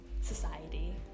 society